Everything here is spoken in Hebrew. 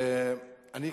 אני,